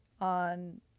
on